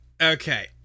Okay